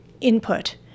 input